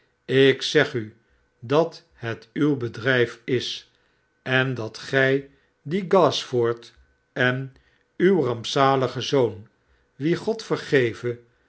ik zeg u dat het uw bedrijf is en dat gij dien gasliford en uw rampzaligen zoon